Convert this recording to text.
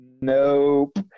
Nope